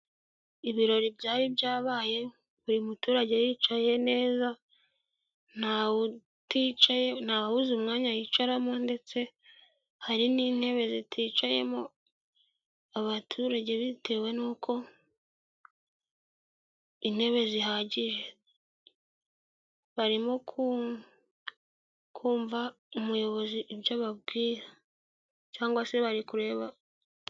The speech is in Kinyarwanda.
Ibirori byari byabaye buri muturage yicaye neza, ntawe uticaye ntawe wabuze umwanya, yicaramo ndetse hari n'intebe ziticayemo abaturage bitewe nuko intebe zihagije, barimo kumva umuyobozi ibyo babwira cyangwa se bari kureba.